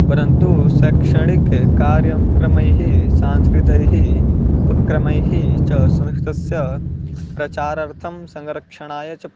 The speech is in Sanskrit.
परन्तु शैक्षणिक कार्यक्रमैः संस्कृतैः उपक्रमैः च संस्कृतस्य प्रचारार्थं संरक्षणाय च